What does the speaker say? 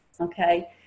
okay